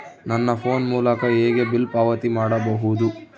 ನನ್ನ ಫೋನ್ ಮೂಲಕ ಹೇಗೆ ಬಿಲ್ ಪಾವತಿ ಮಾಡಬಹುದು?